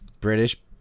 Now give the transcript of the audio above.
British